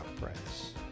press